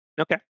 okay